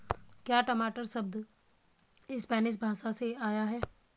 क्या टमाटर शब्द स्पैनिश भाषा से आया है?